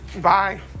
bye